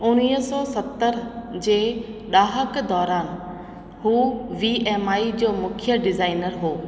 उणिवीह सौ सतरि जे ड॒हाक दौरानु हू वीएमआई जो मुख्य डिज़ाइनर हो